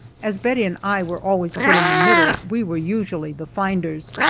as bettie and i were always put in the middle, we were usually the finders.